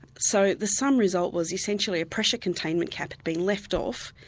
so the sum result was essentially a pressure containment cap had been left off,